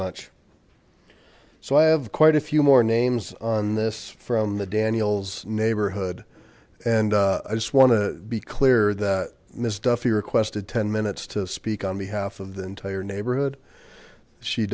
much so i have quite a few more names on this from the daniels neighborhood and i just want to be clear that this stuff you requested ten minutes to speak on behalf of the entire neighborhood she